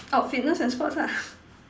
oh fitness and sports ah